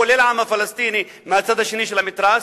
כולל העם הפלסטיני מהצד השני של המתרס,